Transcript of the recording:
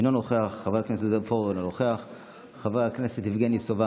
אינו נוכח, חבר הכנסת עודד פורר,